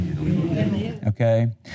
Okay